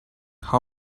how